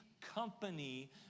company